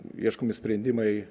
ieškomi sprendimai